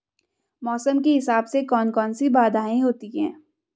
मौसम के हिसाब से कौन कौन सी बाधाएं होती हैं?